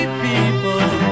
people